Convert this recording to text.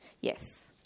yes